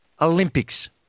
Olympics